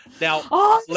Now